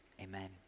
amen